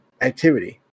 activity